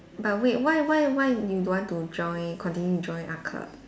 but wait why why why you don't want to join continue to join art club